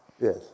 Yes